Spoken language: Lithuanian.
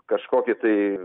kažkokį tai